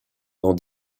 dans